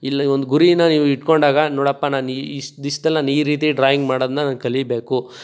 ಇಲ್ಲಿ ಒಂದು ಗುರಿನ್ನ ನೀವು ಇಟ್ಕೊಂಡಾಗ ನೋಡಪ್ಪ ನಾನು ಇಷ್ಟು ದಿವ್ಸ್ದಲ್ಲಿ ನಾನು ಈ ರೀತಿ ಡ್ರಾಯಿಂಗ್ ಮಾಡೋದನ್ನು ನಾನು ಕಲಿಬೇಕು